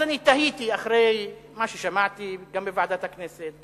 אז אני תהיתי אחרי מה ששמעתי גם בוועדת הכנסת,